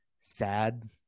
Sad